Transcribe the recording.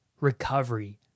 recovery